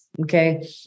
Okay